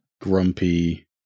Grumpy